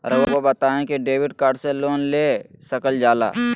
रहुआ बताइं कि डेबिट कार्ड से लोन ले सकल जाला?